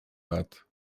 lat